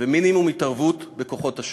ומינימום התערבות בכוחות השוק.